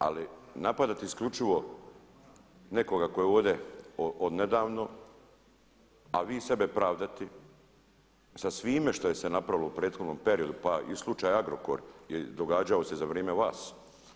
Ali napadati isključivo nekoga tko je ovdje od nedavno, a vi sebe pravdati sa svime što je napravilo u prethodnom periodu, pa i slučaj Agrokor događao se za vrijeme vas.